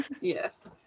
yes